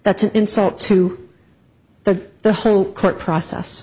that's an insult to the the whole court process